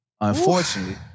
Unfortunately